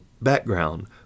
background